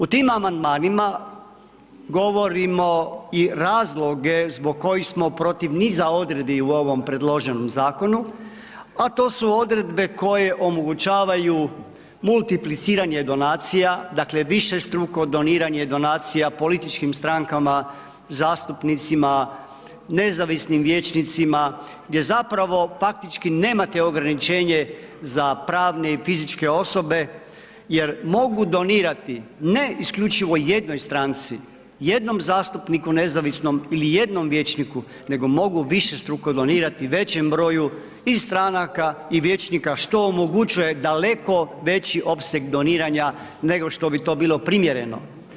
U tim amandmanima govorimo i razloge zbog kojih smo protiv niza odredbi u ovom predloženom zakonu, a to su odredbe koje omogućavaju multipliciranje donacija, dakle, višestruko doniranje donacija političkim strankama, zastupnicima, nezavisnim vijećnicima, gdje zapravo faktički nemate ograničenje za pravne i fizičke osobe jer mogu donirati, ne isključivo jednoj stranci, jednom zastupniku nezavisnom ili jednom vijećniku, nego mogu višestruko donirati većem broju i stranaka i vijećnika, što omogućuje daleko veći opseg doniranja nego što bi to bilo primjereno.